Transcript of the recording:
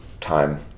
time